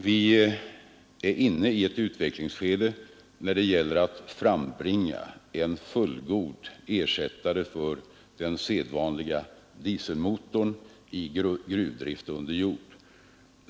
Vi är inne i ett utvecklings skede när det gäller att frambringa en fullgod ersättare för den sedvanliga dieselmotorn i gruvdrift under jord.